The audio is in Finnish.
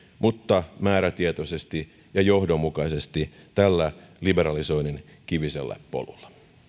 mutta määrätietoisesti ja johdonmukaisesti tällä liberalisoinnin kivisellä polulla